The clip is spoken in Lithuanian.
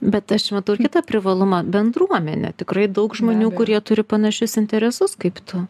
bet aš matau ir kitą privalumą bendruomenė tikrai daug žmonių kurie turi panašius interesus kaip tu